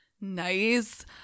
Nice